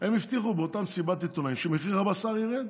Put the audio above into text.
הם הבטיחו באותה מסיבת עיתונאים שמחיר הבשר ירד.